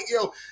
yo